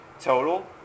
total